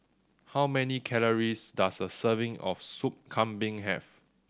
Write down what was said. how many calories does a serving of Sup Kambing have